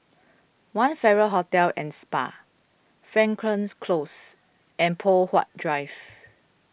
one Farrer Hotel and Spa Frankel Close and Poh Huat Drive